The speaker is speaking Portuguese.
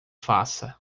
faça